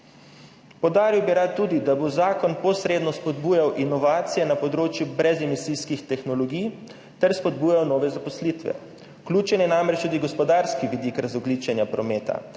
Poudaril bi rad tudi, da bo zakon posredno spodbujal inovacije na področju brezemisijskih tehnologij ter spodbujal nove zaposlitve. Vključen je namreč tudi gospodarski vidik razogljičenja prometa.